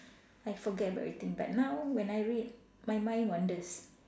I forget about everything but now when I read my mind wanders